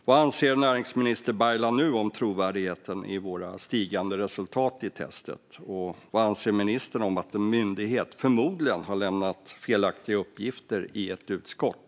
Vad anser näringsminister Baylan nu om trovärdigheten i våra stigande resultat i testet, och vad anser ministern om att en myndighet förmodligen har lämnat felaktiga uppgifter i ett utskott?